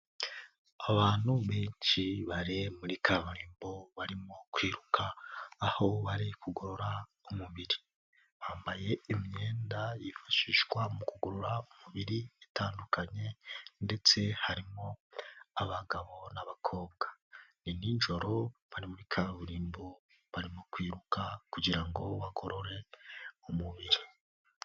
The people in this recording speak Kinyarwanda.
Abantu benshi bari muri kaburimbo barimo kwiruka aho bari kugorora umubiri, bambaye imyenda yifashishwa mu kugorora umubiri itandukanye ndetse harimo abagabo n'abakobwa, ni nijoro bari muri kaburimbo barimo kwiruka kugira ngo bagorore umubiri.